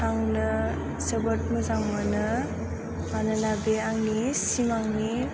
आंनो जोबोद मोजां मोनो मानोना बे आंनि सिमांनि